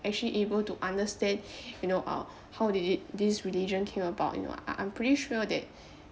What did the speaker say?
actually able to understand you know uh how did it did this religion came about you know I~ I'm pretty sure that